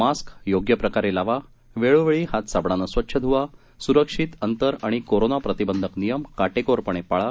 mask योग्य प्रकारे लावा वेळोवेळी हात साबणाने स्वच्छ धुवा सुरक्षित अंतर आणि कोरोना प्रतिबंधक नियम काटेकोरपणे पाळा